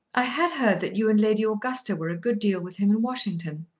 i had heard that you and lady augusta were a good deal with him in washington.